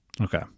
Okay